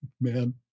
Man